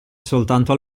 soltanto